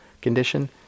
condition